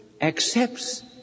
accepts